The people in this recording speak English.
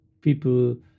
people